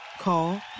Call